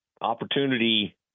opportunity